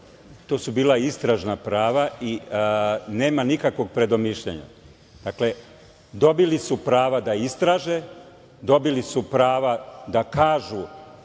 to su bila istražna prava i nema nikakvog predomišljanja. Dakle, dobili su prava da istraže, dobili su prava da kažu